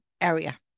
area